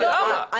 למה לעשות את זה?